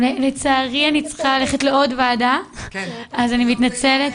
לצערי אני צריכה ללכת לעוד ועדה אז אני מתנצלת.